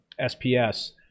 SPS